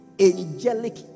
Angelic